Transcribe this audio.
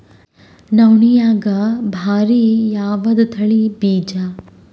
ನವಣಿಯಾಗ ಭಾರಿ ಯಾವದ ತಳಿ ಬೀಜ?